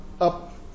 up